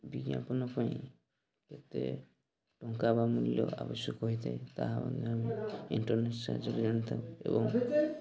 ବିଜ୍ଞାପନ ପାଇଁ ଏତେ ଟଙ୍କା ବା ମୂଲ୍ୟ ଆବଶ୍ୟକ ହୋଇଥାଏ ତାହା ମଧ୍ୟ ଆମେ ଇଣ୍ଟରନେଟ୍ ସାହାଯ୍ୟରେ ଆଣିଥାଉ ଏବଂ